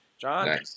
John